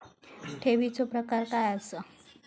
ठेवीचो प्रकार काय असा?